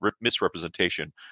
misrepresentation